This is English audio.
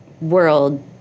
world